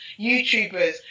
YouTubers